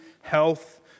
health